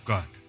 God